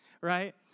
right